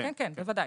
כן, בוודאי.